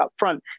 upfront